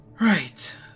Right